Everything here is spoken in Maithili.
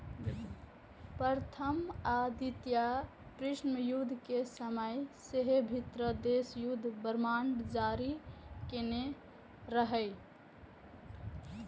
प्रथम आ द्वितीय विश्वयुद्ध के समय सेहो विभिन्न देश युद्ध बांड जारी केने रहै